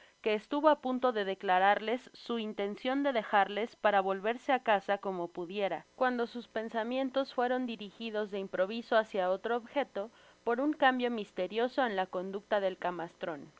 que estuvo á punto de declararles su intencion de dejarles para volverse á casa como pudiera cuando sus pensamientos fueron dirijidos de improviso hacia otro objeto por un cambio misterioso en la conducta del camastron